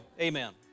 amen